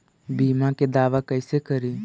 बीमा के दावा कैसे करी?